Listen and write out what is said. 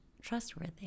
trustworthy